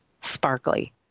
sparkly